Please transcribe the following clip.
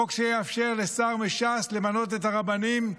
חוק שיאפשר לשר מש"ס למנות את הרבנים,